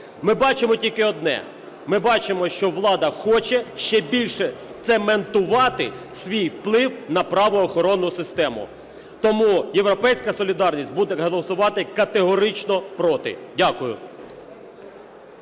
ми бачимо тільки одне – ми бачимо, що влада хоче ще більше зцементувати свій вплив на правоохоронну систему. Тому "Європейська солідарність" буде голосувати категорично проти. Дякую.